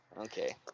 Okay